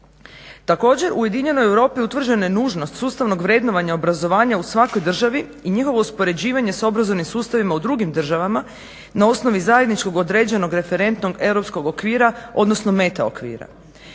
Također u ujedinjenoj Europi utvrđena je nužnost sustavnog vrednovanja obrazovanja u svakoj državi i njihovo uspoređivanje s obrazovnim sustavima u drugim državama na osnovi zajedničkog određenog referentnog europskog okvira, odnosno mete okvira.